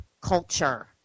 culture